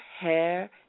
hair